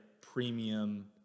premium